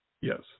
Yes